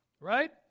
right